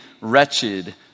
wretched